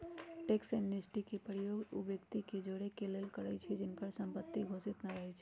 tax amnesty के प्रयोग उ व्यक्ति के जोरेके लेल करइछि जिनकर संपत्ति घोषित न रहै छइ